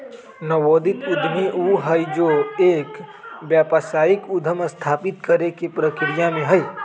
नवोदित उद्यमी ऊ हई जो एक व्यावसायिक उद्यम स्थापित करे के प्रक्रिया में हई